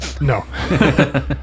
No